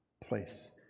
place